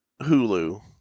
Hulu